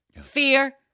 fear